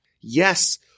Yes